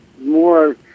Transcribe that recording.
more